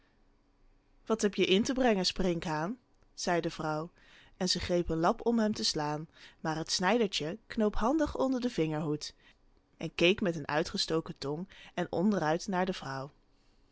wat heb je in te brengen sprinkhaan zei de vrouw en ze greep een lap om hem te slaan maar het snijdertje kroop handig onder den vingerhoed en keek met een uitgestoken tong er onderuit naar de vrouw